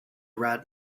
rat